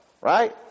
right